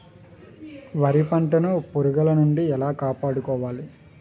వరి పంటను పురుగుల నుండి ఎలా కాపాడుకోవాలి?